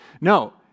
No